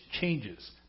changes